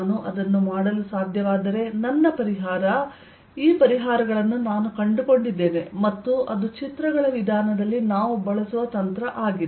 ನಾನು ಅದನ್ನು ಮಾಡಲು ಸಾಧ್ಯವಾದರೆ ನನ್ನ ಪರಿಹಾರ ಈ ಪರಿಹಾರಗಳನ್ನು ನಾನು ಕಂಡುಕೊಂಡಿದ್ದೇನೆ ಮತ್ತು ಅದು ಚಿತ್ರಗಳ ವಿಧಾನದಲ್ಲಿ ನಾವು ಬಳಸುವ ತಂತ್ರ ಆಗಿದೆ